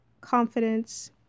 confidence